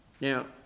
Now